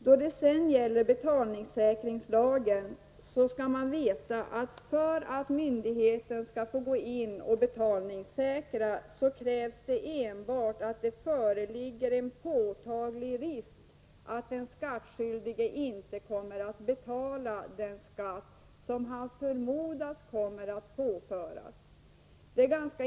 Då det sedan gäller betalningssäkringslagen skall man veta att det för att myndigheten skall få gå in och betalningssäkra krävs enbart att det föreligger en påtaglig risk för att den skattskyldige inte kommer att betala den skatt som han förmodas komma att påföras.